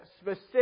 specific